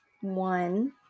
One